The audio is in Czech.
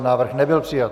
Návrh nebyl přijat.